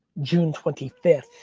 june twenty fifth,